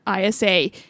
ISA